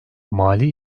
mali